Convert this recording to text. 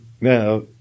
now